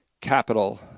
capital